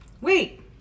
Wait